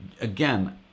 again